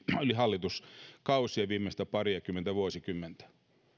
hallituskausien viimeistä pariakymmentä vuotta